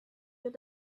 your